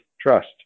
trust